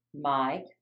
Mike